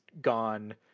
gone